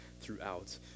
throughout